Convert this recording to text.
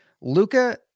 Luca